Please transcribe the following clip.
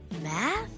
math